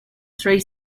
three